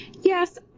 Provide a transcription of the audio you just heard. Yes